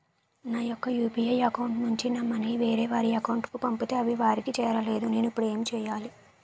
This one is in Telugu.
నా యెక్క యు.పి.ఐ అకౌంట్ నుంచి నా మనీ వేరే వారి అకౌంట్ కు పంపితే అవి వారికి చేరలేదు నేను ఇప్పుడు ఎమ్ చేయాలి?